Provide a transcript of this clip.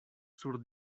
sur